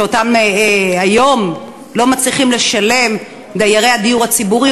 שהיום לא מצליחים לשלם דיירי הדיור הציבורי,